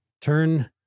turn